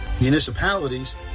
municipalities